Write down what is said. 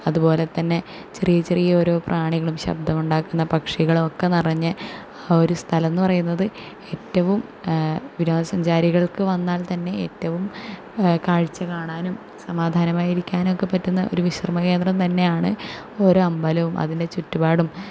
അതുപോലെ തന്നെ ചെറിയ ചെറിയ ഓരോ പ്രാണികളും ശബ്ദമുണ്ടാക്കുന്ന പക്ഷികളുവൊക്കെ നിറഞ്ഞ ഒരു സ്ഥലം എന്നു പറയുന്നത് ഏറ്റവും വിനോദസഞ്ചാരികൾക്കു വന്നാൽ തന്നെ ഏറ്റവും കാഴ്ച കാണാനും സമാധാനമായി ഇരിക്കാനൊക്കെ പറ്റുന്ന ഒരു വിശ്രമ കേന്ദ്രം തന്നെയാണ് ഓരോ അമ്പലോം അതിൻ്റെ ചുറ്റുപാടും